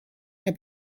neu